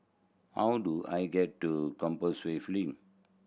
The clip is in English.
how do I get to Compassvale Link